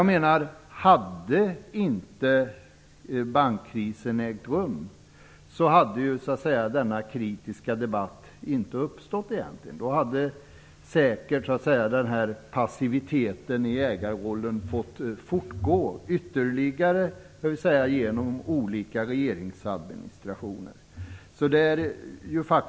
Om inte bankkrisen ägt rum hade denna kritiska debatt inte uppstått. Då hade säkert passiviteten i ägarrollen fått fortgå genom olika regeringsadministrationer.